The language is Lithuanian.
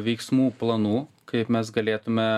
veiksmų planų kaip mes galėtume